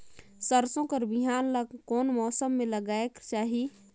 सरसो कर बिहान ला कोन मौसम मे लगायेक चाही?